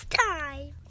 time